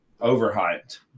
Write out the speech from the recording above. overhyped